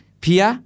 pia